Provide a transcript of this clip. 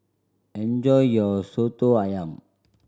enjoy your Soto Ayam